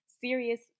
serious